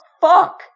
fuck